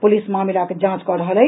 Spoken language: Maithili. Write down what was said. पुलिस मामिलाक जांच कऽ रहल अछि